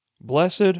Blessed